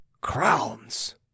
crowns